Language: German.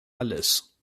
alles